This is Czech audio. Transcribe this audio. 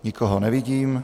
Nikoho nevidím.